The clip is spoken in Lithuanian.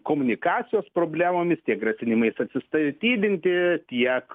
komunikacijos problemomis tiek grasinimais atsistatydinti tiek